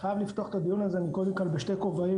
כאן בשני כובעים,